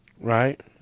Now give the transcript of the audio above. right